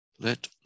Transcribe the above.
Let